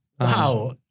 Wow